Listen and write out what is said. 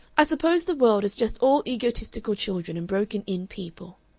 i suppose the world is just all egotistical children and broken-in people.